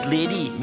Lady